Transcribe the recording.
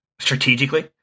strategically